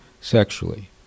sexually